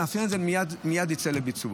נאפיין את זה וזה מייד יצא לביצוע.